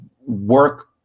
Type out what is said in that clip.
work